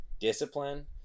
discipline